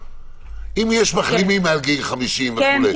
אם יש מחלימים מעל גיל 50 וכו'?